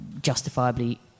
justifiably